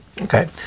Okay